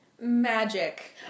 Magic